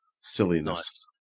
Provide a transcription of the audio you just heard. Silliness